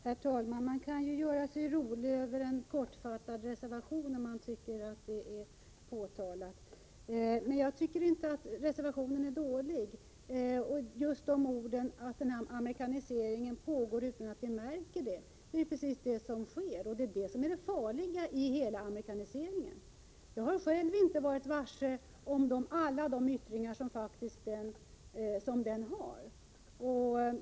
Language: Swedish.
Herr talman! Man kan ju göra sig rolig över en kortfattad reservation, om man finner det påkallat, men jag tycker inte att reservationen är dålig. Att amerikaniseringen pågår utan att vi märker det, är ju precis vad som sker, och det är det farliga med amerikaniseringen. Jag har själv inte varit varse alla de yttringar som den faktiskt har.